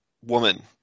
woman